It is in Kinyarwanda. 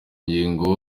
ngingo